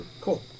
Cool